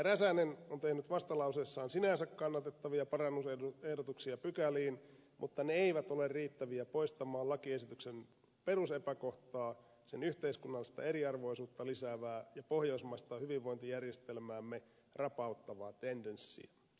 räsänen on tehnyt vastalauseessaan sinänsä kannatettavia parannusehdotuksia pykäliin mutta ne eivät ole riittäviä poistamaan lakiesityksen perusepäkohtaa sen yhteiskunnallista eriarvoisuutta lisäävää ja pohjoismaista hyvinvointijärjestelmäämme rapauttavaa tendenssiä